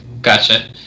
gotcha